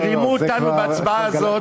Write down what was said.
שרימו אותנו בהצבעה הזאת.